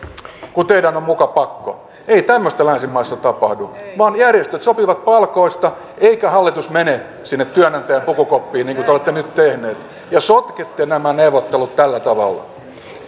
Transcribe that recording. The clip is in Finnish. kun teidän on muka pakko ei tämmöistä länsimaissa tapahdu vaan järjestöt sopivat palkoista eikä hallitus mene sinne työnantajan pukukoppiin niin kuin te olette nyt tehneet ja sotkette nämä neuvottelut tällä tavalla